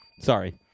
Sorry